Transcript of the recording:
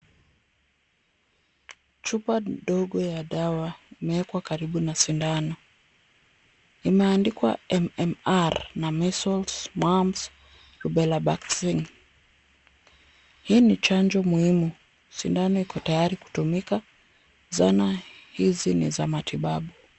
Chupa ndogo ya dawa imewekwa karibu na sindano. Imeandikwa MMR na measles, mumps, rubella vaccine . Hii ni chanjo muhimu. Sindano iko tayari kutumika. Zana hizi ni za matibabu.